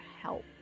help